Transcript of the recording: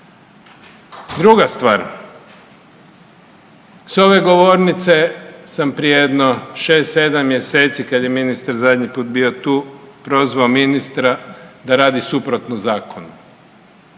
Druga stvar, s ove govornice sam prije jedno 6-7 mjeseci kad je ministar zadnji put bio tu prozvao ministra da radi suprotno zakonu,